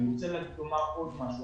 אני רוצה לומר עוד משהו.